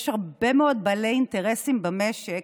יש הרבה מאוד בעלי אינטרסים במשק,